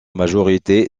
majorité